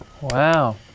Wow